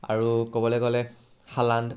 আৰু ক'বলৈ গ'লে শালণ্ড